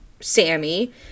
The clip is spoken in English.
Sammy